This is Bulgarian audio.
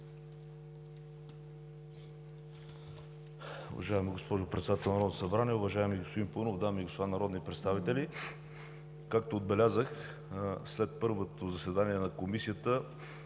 Уважаема госпожо Председател на Народното събрание, уважаеми господин Паунов, дами и господа народни представители! Както отбелязах, след първото заседание на Комисията